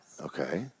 Okay